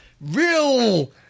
Real